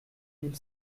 mille